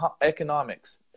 economics